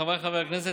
חבריי חברי הכנסת,